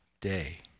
day